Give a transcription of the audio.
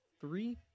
three